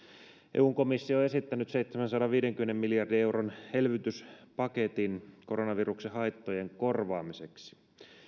eun komissio on esittänyt seitsemänsadanviidenkymmenen miljardin euron elvytyspaketin koronaviruksen haittojen korvaamiseksi